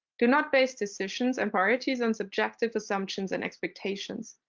do not base decisions and priorities on subjective assumptions and expectations.